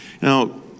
Now